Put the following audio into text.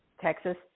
Texas